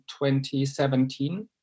2017